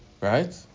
right